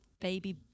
baby